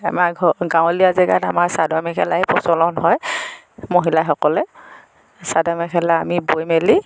আমাৰ ঘৰ গাঁৱলীয়া জেগাত আমাৰ চাদৰ মেখেলাই প্ৰচলন হয় মহিলাসকলে চাদৰ মেখেলা আমি বৈ মেলি